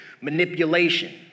manipulation